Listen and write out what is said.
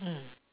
mm